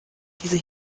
diese